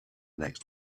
next